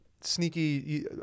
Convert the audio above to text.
sneaky